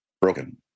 broken